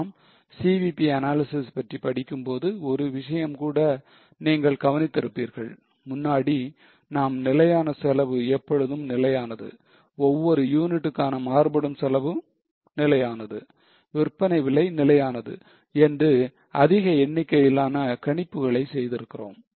நாம் CVP analysis பற்றி படிக்கும்போது ஒரு விஷயமும் கூட நீங்கள் கவனித்திருப்பீர்கள் முன்னாடி நாம் நிலையான செலவு எப்பொழுதும் நிலையானது ஒவ்வொரு யூனிட்டுக்கான மாறுபடும் செலவு நிலையானது விற்பனை விலை நிலையானது என்று அதிக எண்ணிக்கையிலான கணிப்புகளை செய்து இருந்தோம்